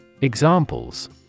Examples